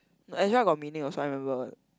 no Ezra got meaning also I remember